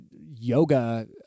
yoga